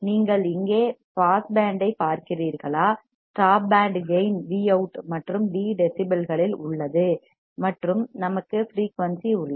நீங்கள் இங்கே பாஸ் பேண்டைப் பார்க்கிறீர்களா stop band gain V out மற்றும் V டெசிபல்களில் உள்ளது மற்றும் நமக்கு ஃபிரீயூன்சி உள்ளது